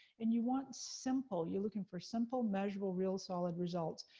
and you want simple, you're looking for simple, measurable, real solid results.